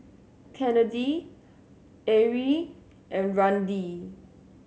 Kennedi Arie and Randi